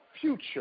future